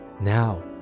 Now